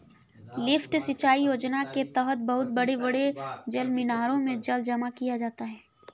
lift सिंचाई योजना के तहद बहुत बड़े बड़े जलमीनारों में जल जमा किया जाता है